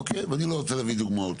ואני לא רוצה להביא דוגמאות.